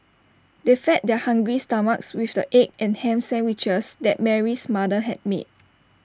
they fed their hungry stomachs with the egg and Ham Sandwiches that Mary's mother had made